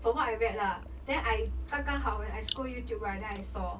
from what I read lah then I 刚刚好 scroll youtube right then I saw